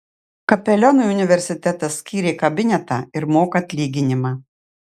kapelionui universitetas skyrė kabinetą ir moka atlyginimą